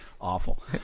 awful